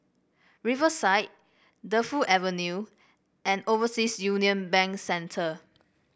Riverside Defu Avenue and Overseas Union Bank Centre